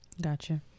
Gotcha